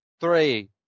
three